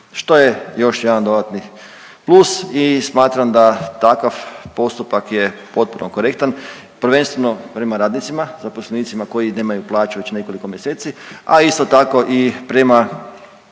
što je još jedan dodatni plus. I smatram da takav postupak je potpuno korektan, prvenstveno prema radnicima zaposlenicima koji nemaju plaću već nekoliko mjeseci, a isto tako i prema